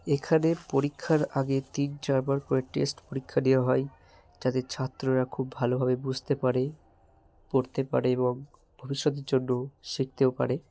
এখানে পরীক্ষার আগে তিন চার বার করে টেস্ট পরীক্ষা নেওয়া হয় যাতে ছাত্ররা খুব ভালোভাবে বুঝতে পারে পড়তে পারে এবং ভবিষ্যতের জন্য শিখতেও পারে